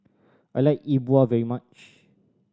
I like E Bua very much